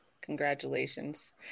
Congratulations